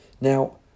Now